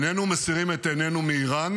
איננו מסירים את עינינו מאיראן,